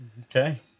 Okay